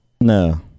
No